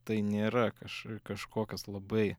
tai nėra kažk kažkokios labai